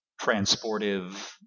transportive